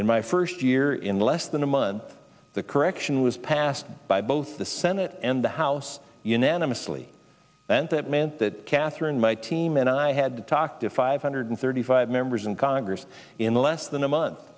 in my first year in less than a month the correction was passed by both the senate and the house unanimously and that meant that catherine my team and i had to talk to five hundred thirty five members in congress in less than a month